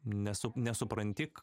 nesuk nesupranti